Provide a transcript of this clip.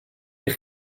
eich